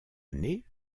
année